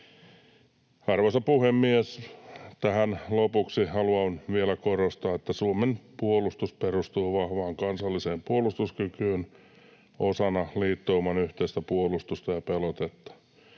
Arvoisa puhemies! Tähän lopuksi haluan vielä korostaa, että Suomen puolustus perustuu vahvaan kansalliseen puolustuskykyyn osana liittouman yhteistä puolustusta ja pelotetta.